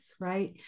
right